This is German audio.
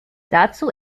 dazu